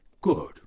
Good